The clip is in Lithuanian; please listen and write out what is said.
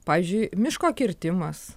pavyzdžiui miško kirtimas